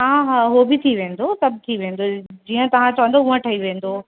हा हा हो बि थी वेंदो सभु थी वेंदो जीअं तव्हां चवंदव हूअं ठही वेंदो